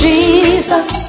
Jesus